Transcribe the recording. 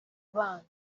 bandi